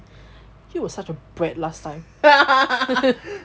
it was such a brat last time